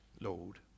Lord